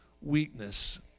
weakness